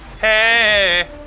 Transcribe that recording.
Hey